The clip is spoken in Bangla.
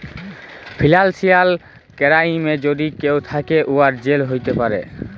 ফিলালসিয়াল কেরাইমে যদি কেউ থ্যাকে, উয়ার জেল হ্যতে পারে